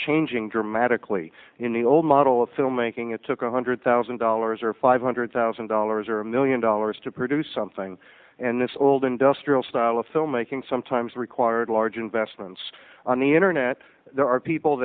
changing dramatically in the old model of filmmaking it took one hundred thousand dollars or five hundred thousand dollars or a million dollars to produce something and this old industrial style of filmmaking sometimes required large investments on the internet there are people